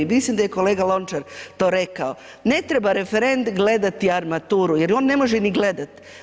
Mislim da je i kolega Lončar to rekao ne treba referent gledati armaturu jer ju on ne može niti gledati.